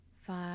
five